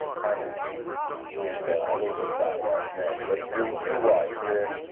requirements and and a little bit about that then. but you're you're right.